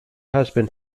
husband